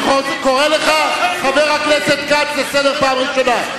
אני קורא אותך לסדר, חבר הכנסת כץ, פעם ראשונה.